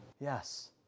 Yes